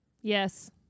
Yes